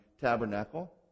tabernacle